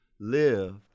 live